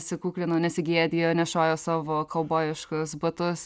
nesikuklina nesigėdija nešioja savo kaubojiškus batus